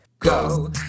Go